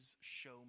show